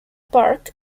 park